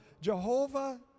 Jehovah